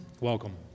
Welcome